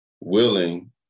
willing